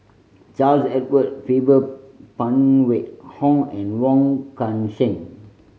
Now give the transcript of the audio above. Charles Edward Faber Phan Wait Hong and Wong Kan Seng